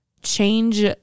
Change